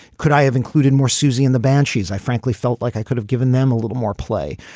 could i have included more susie in the banshees i frankly felt like i could have given them a little more play.